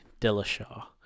Dillashaw